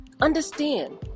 Understand